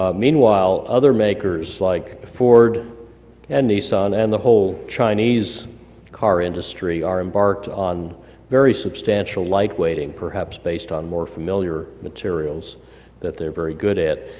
ah meanwhile, other makers like ford and nissan, and the whole chinese car industry are embarked on very substantial lightweighting perhaps based on more familiar materials that they're very good at,